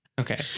okay